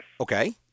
Okay